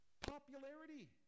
Popularity